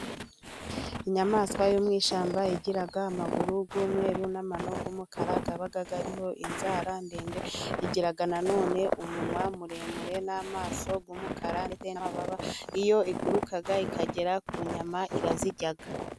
Inyamaswa yo mu ishyamba igira amaguru y'umweru n'amano y'umukara aba ariho inzara ndende, igira nanone umunwa muremure n'amaso y'umukara, ndetse n'amababa, iyo iguruka ikagera ku nyama irazirya.